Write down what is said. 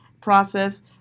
process